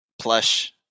plush